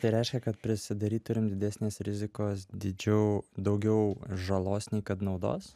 tai reiškia kad prisidaryt turim didesnės rizikos dydžiu daugiau žalos nei kad naudos